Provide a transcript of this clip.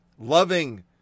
loving